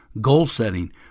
Goal-setting